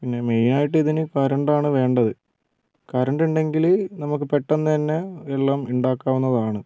പിന്നെ മെയിൻ ആയിട്ട് ഇതിന് കറൻ്റ് ആണ് വേണ്ടത് കറൻ്റ് ഉണ്ടെങ്കിൽ നമുക്ക് പെട്ടെന്ന് തന്നെ എല്ലാം ഉണ്ടാക്കാവുന്നതാണ്